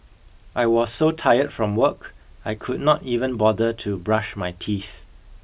I was so tired from work I could not even bother to brush my teeth